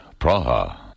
Praha